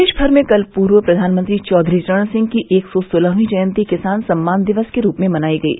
प्रदेश भर में कल पूर्व प्रधानमंत्री चौधरी चरण सिंह की एक सौ सोलहवीं जयन्ती किसान सम्मान दिवस के रूप में मनायी गयी